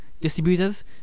distributors